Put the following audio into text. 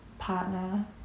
partner